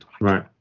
right